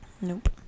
Nope